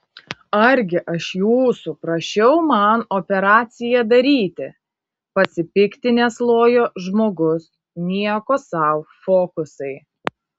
argi aš jūsų prašiau man operaciją daryti pasipiktinęs lojo žmogus nieko sau fokusai